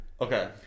Okay